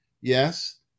yes